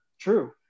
true